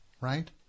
right